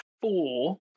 four